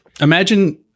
Imagine